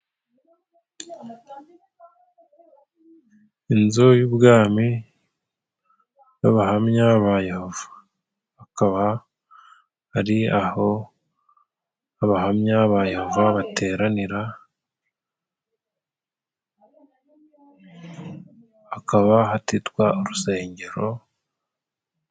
Inzu y' ubwami y' abahamya ba yehova akaba ari aho abahamya ba yehova bateranira hakaba hatitwa urusengero